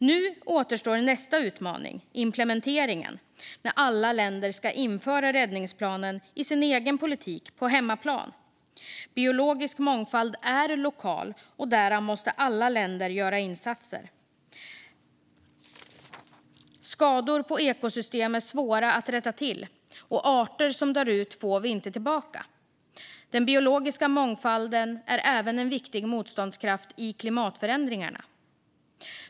Nu återstår nästa utmaning, implementeringen, när alla länder ska införa räddningsplanen i sin egen politik på hemmaplan. Biologisk mångfald är lokal, och därför måste alla länder göra insatser. Skador på ekosystem är svåra att rätta till, och arter som dör ut får vi inte tillbaka. Den biologiska mångfalden är även en viktig motståndskraft i klimatförändringarna.